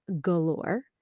galore